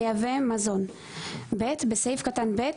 "המייבא מזון"; בסעיף קטן (ב)